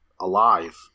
alive